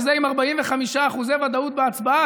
וזה עם 45% ודאות בהצבעה,